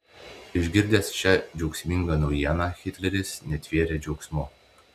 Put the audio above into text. išgirdęs šią džiaugsmingą naujieną hitleris netvėrė džiaugsmu